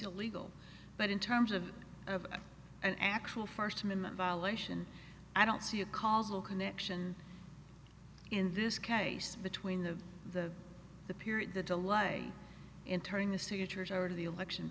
illegal but in terms of an actual first amendment violation i don't see a causal connection in this case between the the the period that a lie in turning the signatures over to the election